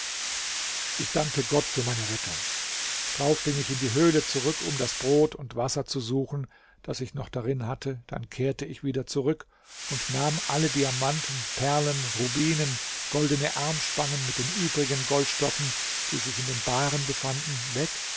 ich dankte gott für meine rettung drauf ging ich in die höhle zurück um das brot und wasser zu suchen das ich noch darin hatte dann kehrte ich wieder zurück und nahm alle diamanten perlen rubinen goldene armspangen mit den übrigen goldstoffen die sich in den bahren befanden weg